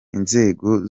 inzego